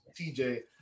TJ